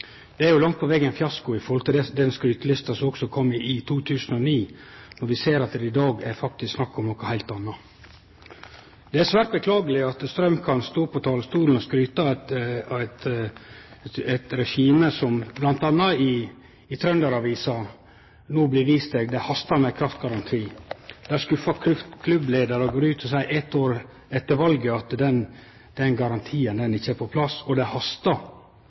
Det er jo langt på veg ein fiasko også i forhold til den skrytelista som kom i 2009, når vi ser at det i dag faktisk er snakk om noko heilt anna. Det er svært beklageleg at Strøm kan stå på talarstolen og skryte av eit regime når det bl.a. i Trønder-Avisa no blir skrive: «Det haster med kraftgaranti», og der ein skuffa klubbleiar går ut eit år etter valet og seier at den garantien ikkje er på plass, og det hastar.